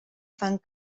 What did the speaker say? fan